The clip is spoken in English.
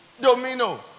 domino